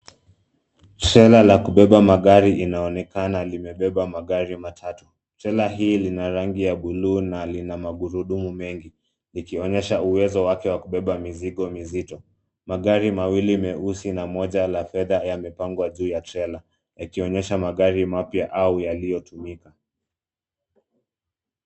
Trela la kubeba magari inaonekana limebeba magari matatu. Trela hii lina rangi ya buluu na lina magurudumu mengi, likionyesha uwezo wake wa kubeba mizigo mizito. Magari mawili meusi na moja la fedha yamepangwa juu ya trela yakionyesha magari mapya au yaliyotumika.